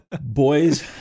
Boys